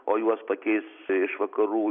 o juos pakeis iš vakarų